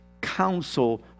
counsel